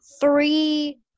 three